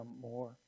more